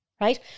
Right